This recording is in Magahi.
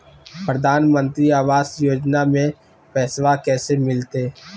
प्रधानमंत्री आवास योजना में पैसबा कैसे मिलते?